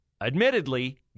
admittedly